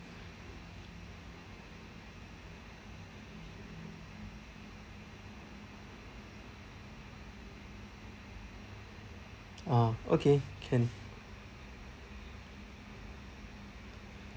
ah okay can